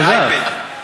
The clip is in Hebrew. אלעזר,